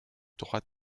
droite